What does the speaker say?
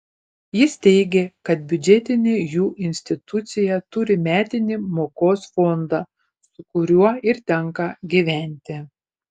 jis teigė kad biudžetinė jų institucija turi metinį mokos fondą su kuriuo ir tenka gyventi